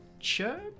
sure